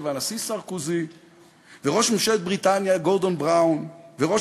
והנשיא סרקוזי וראש ממשלת בריטניה גורדון בראון וראש